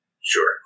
Sure